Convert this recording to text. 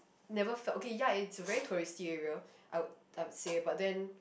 never felt okay ya it's a very touristy area I would I would say but then